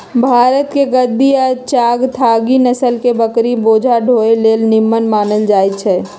भारतके गद्दी आ चांगथागी नसल के बकरि बोझा ढोय लेल निम्मन मानल जाईछइ